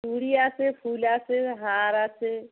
চুড়ি আছে ফুল আছে হার আছে